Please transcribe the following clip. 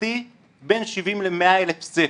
להערכתי בין 70,000 ל-100,000 ספר,